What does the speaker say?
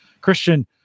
Christian